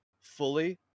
fully